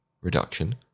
reduction